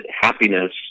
happiness